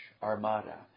Armada